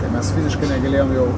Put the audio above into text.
tai mes fiziškai negalėmjom jau